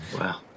wow